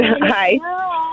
Hi